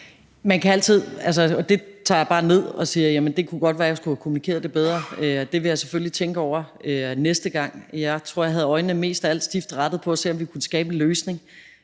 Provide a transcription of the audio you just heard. Rosenkrantz-Theil): Det tager jeg bare ned og siger: Jamen det kan godt være, at jeg skulle have kommunikeret det bedre. Det vil jeg selvfølgelig tænke over næste gang. Jeg tror, jeg mest af alt havde øjnene stift rettet på at se, om vi kunne skabe en løsning,